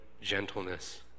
gentleness